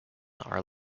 are